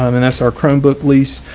um and that's our chromebook lease.